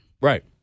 Right